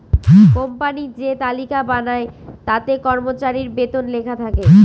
company যে তালিকা বানায় তাতে কর্মচারীর বেতন লেখা থাকে